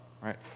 right